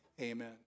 Amen